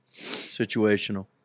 Situational